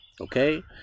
Okay